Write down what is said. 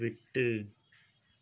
விட்டு